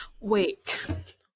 Wait